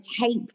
take